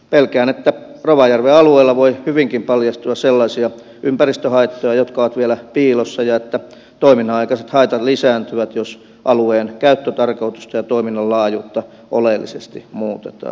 pelkään että rovajärven alueella voi hyvinkin paljastua sellaisia ympäristöhaittoja jotka ovat vielä piilossa ja että toiminnan aikaiset haitat lisääntyvät jos alueen käyttötarkoitusta ja toiminnan laajuutta oleellisesti muutetaan